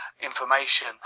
Information